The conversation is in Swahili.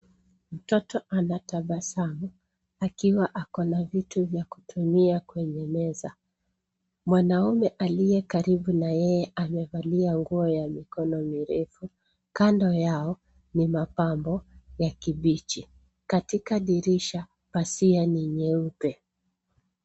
Mtoto anatabasamu akiwa ako na vitu vya kutumia kwenye meza. Mwanamme aliye karibu na yeye amevalia nguo ya mikono mirefu. Kando yao ni mapambo ya kibichi. Katika dirisha pazia ni nyeupe.